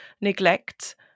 neglect